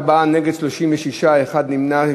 בעד, 24, נגד, 36, אחד נמנע.